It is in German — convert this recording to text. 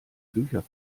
bücher